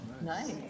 Nice